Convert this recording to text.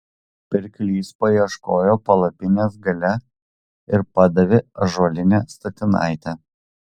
pirklys paieškojo palapinės gale ir padavė ąžuolinę statinaitę